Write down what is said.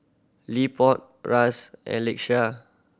Leopold Ras and Lakeshia